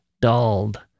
dulled